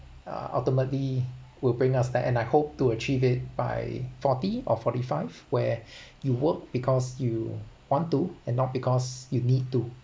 uh ultimately will bring us back and I hope to achieve it by forty or forty five where you work because you want to and not because you need to